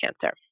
cancer